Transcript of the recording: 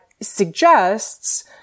suggests